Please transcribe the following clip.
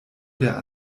der